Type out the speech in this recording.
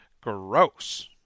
gross